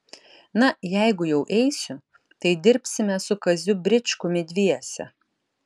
na jeigu jau eisiu tai dirbsime su kaziu bričkumi dviese